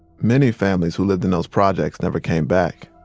many families who lived in those projects never came back.